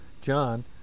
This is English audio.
John